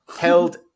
held